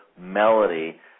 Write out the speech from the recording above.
melody